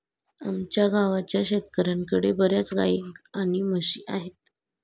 आमच्या गावाच्या शेतकऱ्यांकडे बर्याच गाई आणि म्हशी आहेत